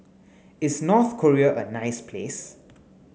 is North Korea a nice place